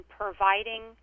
providing